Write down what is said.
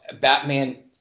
batman